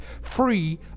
free